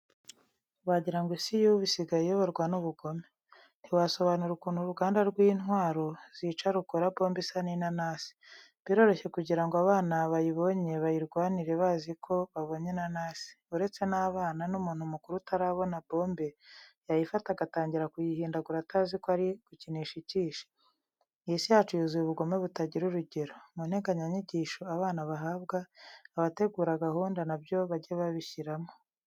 Wagira ngo isi y'ubu isigaye iyoborwa n'ubugome. Ntiwasobanura ukuntu uruganda rw'intwaro zica rukora bombe isa n'inanasi. Biroroshye kugira ngo abana bayibonye bayirwanire bazi ko babonye inanasi. Uretse n'abana, n'umuntu mukuru utarabona bombe yayifata agatangira kuyihindagura atazi ko ari gukinisha ikishi. Iyi si yacu yuzuye ubugome butagira urugero. Mu nteganyanyigisho abana bahabwa, abategura gahunda na byo bajye babishyiramo.